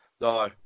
No